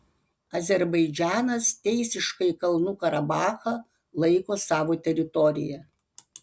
azerbaidžanas teisiškai kalnų karabachą laiko savo teritorija